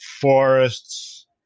Forests